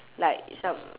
like some~